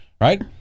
right